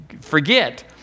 forget